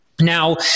Now